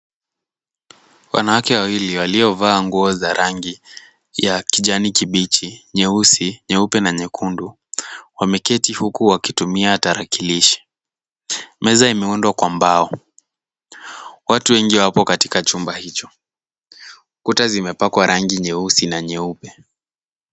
Wanawake wawili waliovaa nguo za rangi ya kijani kibichi, nyeusi, nyeupe na nyekundu wameketi huku wakitumia tarakilishi. Meza imeundwa kwa mbao. Watu wengi wapo katika chumba hicho. Kuta zimepakwa rangi nyeusi na nyeupe.